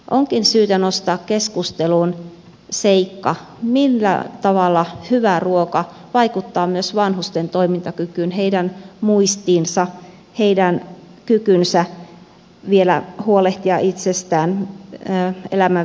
onkin syytä nostaa keskusteluun seikka millä tavalla hyvä ruoka vaikuttaa myös vanhusten toimintakykyyn heidän muistiinsa heidän kykyynsä vielä huolehtia itsestään elämän viimeisinäkin vuosina